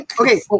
Okay